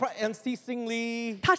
unceasingly